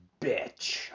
bitch